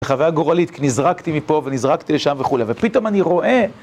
חוויה גורלית כי נזרקתי מפה ונזרקתי לשם וכולי ופתאום אני רואה